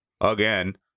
again